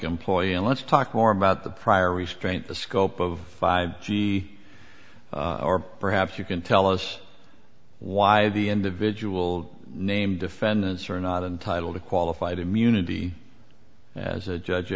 employee and let's talk more about the prior restraint the scope of five g or perhaps you can tell us why the individual name defendants are not entitled to qualified immunity as a judge